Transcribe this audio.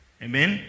Amen